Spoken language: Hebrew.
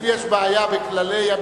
אם יש בעיה בכללי האתיקה, פתוחה לפניך הדרך.